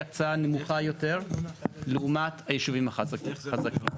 הקצאה נמוכה יותר לעומת הישובים החזקים.